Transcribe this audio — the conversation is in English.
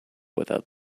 without